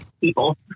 People